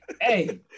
Hey